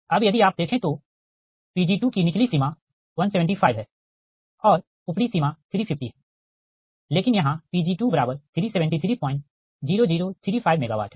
अब यदि आप देखें तो Pg2 की निचली सीमा 175 है और ऊपरी सीमा 350 है लेकिन यहाँ Pg2 3730035 MW है